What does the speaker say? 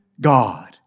God